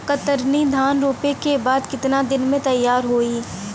कतरनी धान रोपे के बाद कितना दिन में तैयार होई?